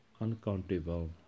uncountable